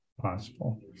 possible